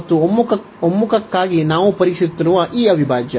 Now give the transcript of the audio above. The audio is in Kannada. ಮತ್ತು ಒಮ್ಮುಖಕ್ಕಾಗಿ ನಾವು ಪರೀಕ್ಷಿಸುತ್ತಿರುವ ಈ ಅವಿಭಾಜ್ಯ